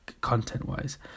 content-wise